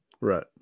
Right